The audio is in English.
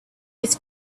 was